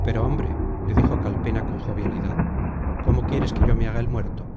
pero hombre le dijo calpena con jovialidad cómo quieres que yo me haga el muerto